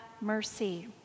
mercy